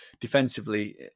Defensively